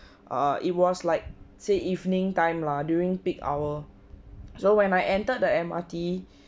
err it was like say evening time lah during peak hour so when I entered the M_R_T